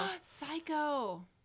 Psycho